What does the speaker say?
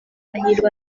amahirwe